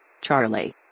Charlie